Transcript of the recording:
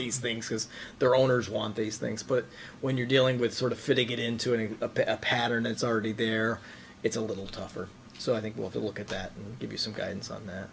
these things because their owners want these things but when you're dealing with sort of figured into any pattern it's already there it's a little tougher so i think we'll to look at that and give you some guidance on that